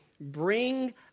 bring